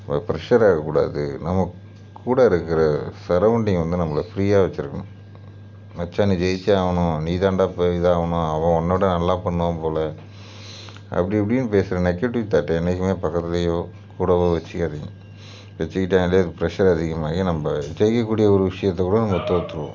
ப ப்ரெஷர் ஆகக் கூடாது நம்மக் கூட இருக்கிற சரௌண்டிங் வந்து நம்மள ஃப்ரீயாக வெச்சுருக்கணும் மச்சான் நீ ஜெயித்தே ஆகணும் நீதாண்டா இப்போ இதாகணும் அவன் உன்னோடய நல்லா பண்ணுவான் போல் அப்படி இப்படின்னு பேசுகிற நெகட்டிவ் தாட்டை என்றைக்குமே பக்கத்துலேயோ கூடவோ வெச்சுக்காதிங்க வெச்சுக்கிட்டாலே அது ப்ரெஷர் அதிகமாகி நம்ம ஜெயிக்கக் கூடிய ஒரு விஷயத்தைக் கூட நம்ம தோத்துடுவோம்